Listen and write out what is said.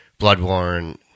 Bloodborne